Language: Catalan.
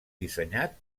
dissenyat